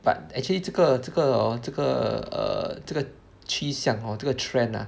but actually 这个这个 hor 这个 err 这个趋向 hor 这个 trend ah